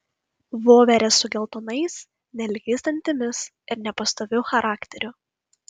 voverę su geltonais nelygiais dantimis ir nepastoviu charakteriu